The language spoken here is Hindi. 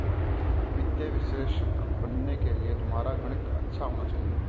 वित्तीय विश्लेषक बनने के लिए तुम्हारा गणित अच्छा होना चाहिए